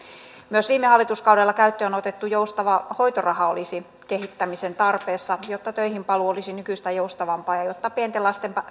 myös viime hallituskaudella käyttöön otettu joustava hoitoraha olisi kehittämisen tarpeessa jotta töihin paluu olisi nykyistä joustavampaa ja jotta pienten lasten